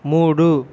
మూడు